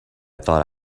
thought